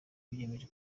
biyemeje